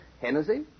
Hennessy